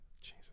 Jesus